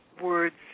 words